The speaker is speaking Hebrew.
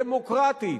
דמוקרטית,